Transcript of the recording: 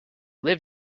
lived